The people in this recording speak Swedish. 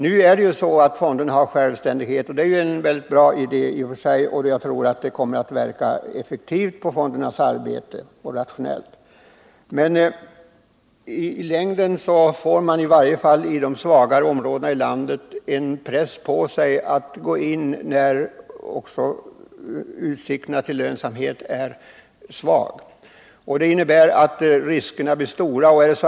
Att ha utvecklingsfonder med självständighet är i och för sig en väldigt bra idé, och jag tror att det kommer att leda till ett effektivare och rationellare arbete för fondernas del. Men i längden kommer det att innebära att man i varje fall i de svagare områdena i landet känner en press på sig att gå in med lån också när utsikterna till lönsamhet är små. Det innebär att riskerna blir stora.